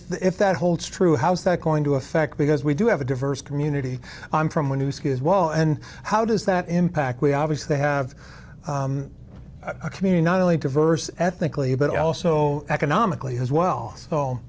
if that holds true how's that going to affect because we do have a diverse community i'm from a new school as well and how does that impact we obviously have a community not only diverse ethnically but also economically as well so